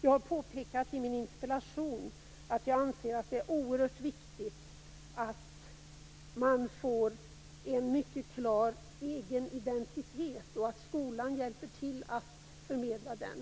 Jag har påpekat i min interpellation att jag anser att det är oerhört viktigt att man får en mycket klar egen identitet och att skolan hjälper till att förmedla den.